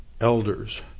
elders